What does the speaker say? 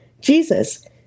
jesus